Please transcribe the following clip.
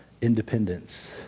independence